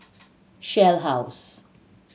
Shell House